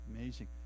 Amazing